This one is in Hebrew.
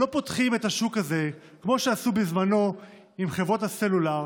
לא פותחים את השוק הזה כמו שעשו בזמנו עם חברות הסלולר,